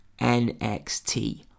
NXT